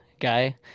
guy